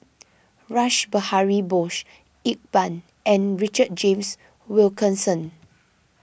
Rash Behari Bose Iqbal and Richard James Wilkinson